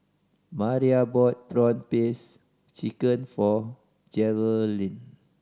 Mariah bought prawn paste chicken for Jerilynn